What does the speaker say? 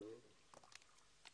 וגם הצלחת